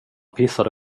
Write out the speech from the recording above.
pissade